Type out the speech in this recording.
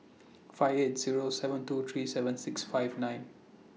five eight Zero seven two three seven six five nine